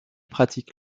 pratique